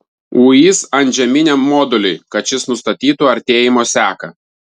uis antžeminiam moduliui kad šis nustatytų artėjimo seką